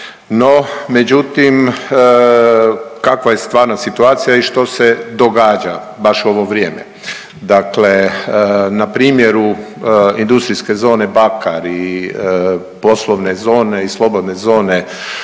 No, međutim kakva je stvarna situacija i što se događa baš u ovo vrijeme. Dakle, na primjeru industrijske zone Bakar i poslovne zone i slobodne zone